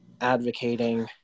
advocating